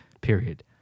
period